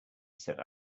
said